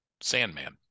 sandman